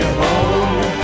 home